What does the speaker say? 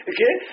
Okay